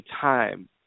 time